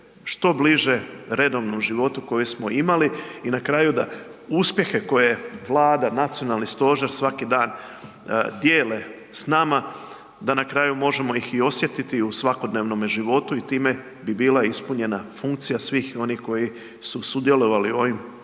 što bliže redovnom životu koje smo imali i na kraju da uspjehe koje je Vlada, nacionalni stožer, svaki dan dijele s nama, da na kraju možemo ih i osjetiti i u svakodnevnome životu i time bi bila ispunjena funkcija svih onih koji su sudjelovali u ovim